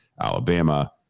Alabama